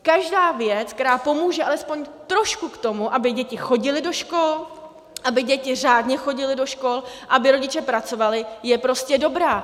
Každá věc, která pomůže alespoň trošku k tomu, aby děti chodily do škol, aby děti řádně chodily do škol, aby rodiče pracovali, je prostě dobrá.